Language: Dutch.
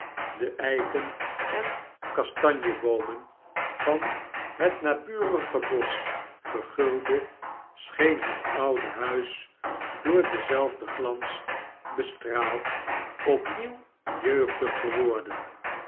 de eiken en kastsoomen van het naburige bosch verguldde scheen het oude s s ienzelfden glans bestraald opnieuw jeugdig te worden